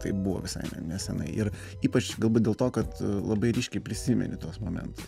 tai buvo visai nesenai ir ypač galbūt dėl to kad labai ryškiai prisimeni tuos momentus